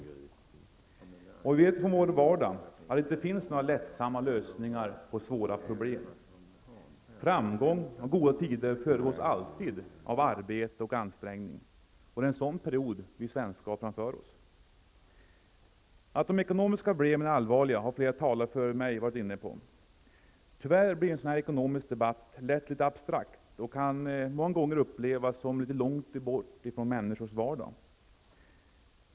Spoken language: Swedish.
Och vi vet från vår vardag att det inte finns några lättsamma lösningar på svåra problem. Framgång och goda tider föregås alltid av arbete och ansträngning. Det är en sådan period vi svenskar har framför oss. Att de ekonomiska problemen är allvarliga har flera talare före mig varit inne på. Tyvärr blir en sådan här ekonomisk debatt lätt litet abstrakt och kan många gånger upplevas som långt bort från människors vardag.